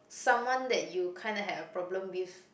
someone that you kinda had a problem with